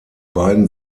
beiden